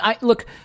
look